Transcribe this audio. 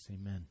amen